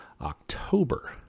October